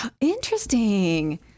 Interesting